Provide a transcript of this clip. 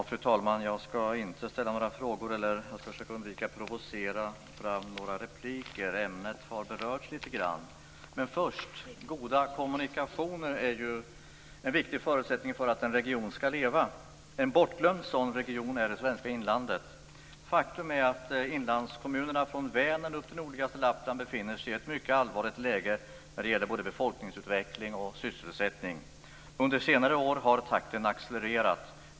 Fru talman! Jag skall inte ställa några frågor och försöka att undvika att provocera fram några repliker. Ämnet har berörts lite grann. Goda kommunikationer är en viktig förutsättning för att en region skall leva. En bortglömd sådan region är det svenska inlandet. Faktum är att inlandskommunerna, från Vänern upp till nordligaste Lappland, befinner sig i ett mycket allvarligt läge när det gäller både befolkningsutveckling och sysselsättning. Under senare år har takten accelererat.